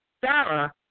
Sarah